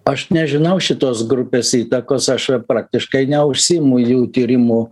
aš nežinau šitos grupės įtakos aš praktiškai neužsiimu jų tyrimu